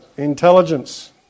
Intelligence